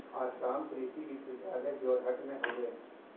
आसाम कृषि विश्वविद्यालय जोरहट में हउवे